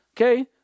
Okay